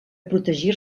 protegir